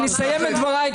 אני אסיים את דבריי,